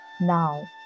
now